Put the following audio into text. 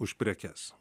už prekes